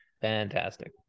Fantastic